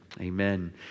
Amen